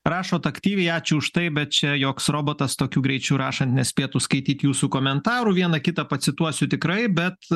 rašot aktyviai ačiū už tai bet čia joks robotas tokiu greičiu rašant nespėtų skaityt jūsų komentarų vieną kitą pacituosiu tikrai bet